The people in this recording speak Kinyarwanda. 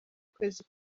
ukwezi